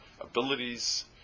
abilities